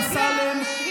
המסורתי והחילוני,